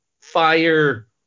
fire